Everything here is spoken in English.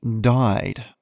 died